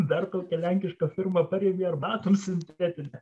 dar tokia lenkiška firma parengė arbatom sintetine